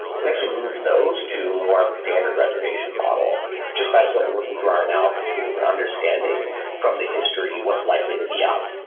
actually moved those two more of a standard reservation model just by sort of looking through our analysis tools and understanding from the history what's likely to be up.